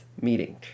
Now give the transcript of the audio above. meeting